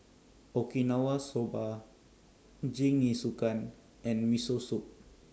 Okinawa Soba Jingisukan and Miso Soup